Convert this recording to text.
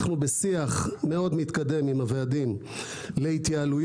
אנחנו בשיח מאוד מתקדם עם הוועדים להתייעלויות